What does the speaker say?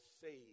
saved